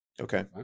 Okay